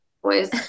boys